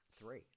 three